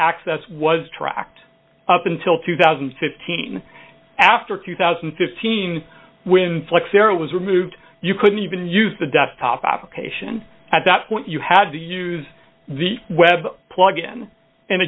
access was tracked up until two thousand and fifteen after two thousand and fifteen when flex there was removed you couldn't even use the desktop application at that point you had to use the web plugin and